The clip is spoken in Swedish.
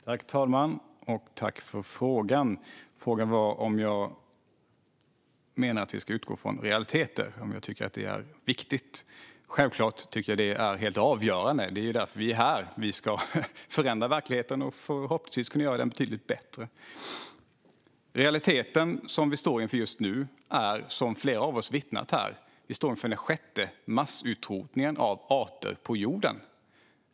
Fru talman! Tack för frågan, som gällde ifall jag tycker att det är viktigt att vi utgår från realiteter. Självklart tycker jag att det är helt avgörande. Det är ju därför vi är här: Vi ska förändra verkligheten och förhoppningsvis göra den betydligt bättre. Realiteten som vi står inför just nu är, som flera av oss har vittnat om här, att vi står inför den sjätte massutrotningen av arter på jorden.